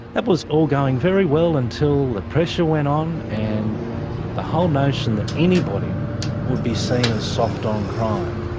that was all going very well until the pressure went on, and the whole notion that anybody would be seen as soft on crime.